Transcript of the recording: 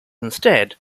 instead